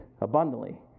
abundantly